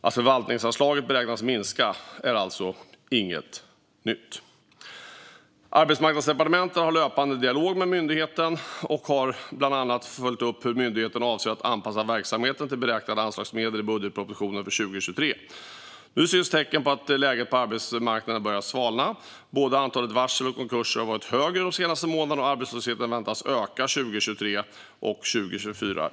Att förvaltningsanslaget beräknas minska är alltså inget nytt. Arbetsmarknadsdepartementet har löpande dialog med myndigheten och har bland annat följt upp hur myndigheten avser att anpassa verksamheten till beräknade anslagsmedel i budgetpropositionen för 2023. Nu syns tecken på att läget på arbetsmarknaden börjar svalna. Både antalet varsel och antalet konkurser har varit högre de senaste månaderna och arbetslösheten väntas öka 2023 och 2024.